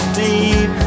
deep